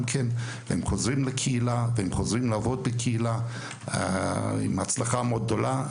והם חוזרים לעבוד בקהילה בהצלחה מאוד גדולה.